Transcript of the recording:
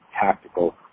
tactical